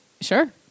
Sure